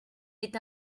est